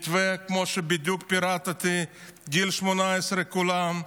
מתווה כמו שבדיוק פירטתי: גיל 18, כולם.